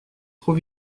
trop